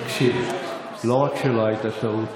תקשיב, לא רק שלא הייתה טעות,